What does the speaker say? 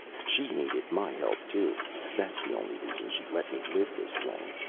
she needed my help, too that's the only reason she let me live this long.